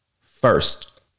first